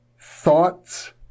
thoughts